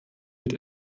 mit